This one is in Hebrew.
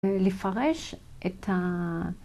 ‫לפרש את ה...